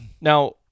now